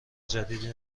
جدی